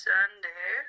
Sunday